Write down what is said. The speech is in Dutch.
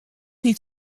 niet